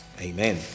Amen